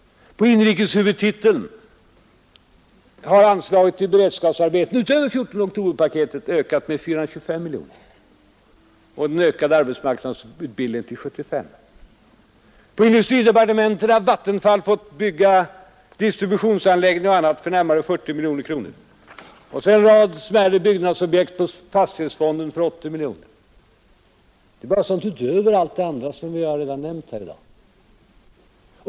På inrikeshuvudtitelns område har anslaget till beredskapsarbeten utöver 14-oktoberpaketet ökat med 425 miljoner och till den ökade arbetsmarknadsutbildningen med 75 miljoner kronor. På industridepartementets område har Vattenfall fått bygga distributionsanläggningar och annat för närmare 40 miljoner kronor. Därtill kommer en rad smärre byggnadsobjekt på fastighetsfonden för 80 miljoner. Detta är bara sådant som går utöver allt det andra som jag redan nämnt här i dag.